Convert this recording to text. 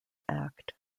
act